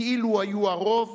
כאילו היו הרוב,